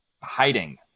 hiding